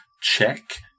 check